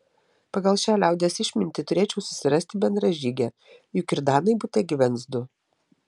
pagal šią liaudies išmintį turėčiau susirasti bendražygę juk ir danai bute gyvens du